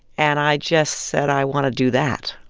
and i just said, i want to do that,